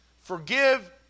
Forgive